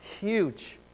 huge